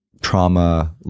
trauma